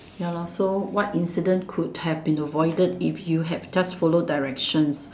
ya lah so what incident could have been avoided if you have just followed directions